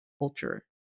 culture